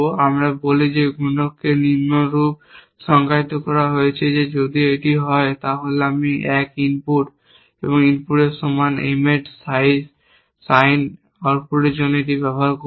আমরা বলি যে গুণককে নিম্নরূপ সংজ্ঞায়িত করা হয়েছে যে যদি এটি হয় তাহলে আমি 1 ইনপুট এর সমান M এর সাইন আউটপুটের জন্য এটি ব্যবহার করব